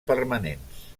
permanents